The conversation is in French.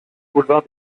boulevard